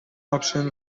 آپشن